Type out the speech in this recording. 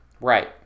Right